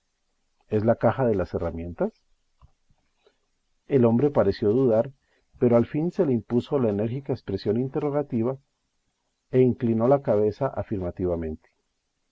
es la caja de las herramientas el hombre pareció dudar pero al fin se le impuso la enérgica expresión interrogativa e inclinó la cabeza afirmativamente